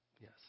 Yes